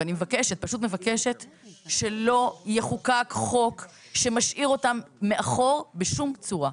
ואני פשוט מבקשת שלא יחוקק חוק שמשאיר אותם מאחור בשום צורה.